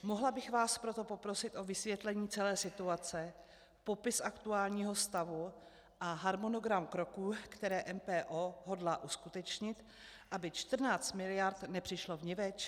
Mohla bych vás proto poprosit o vysvětlení celé situace, popis aktuálního stavu a harmonogram kroků, které MPO hodlá uskutečnit, aby 14 mld. nepřišlo vniveč?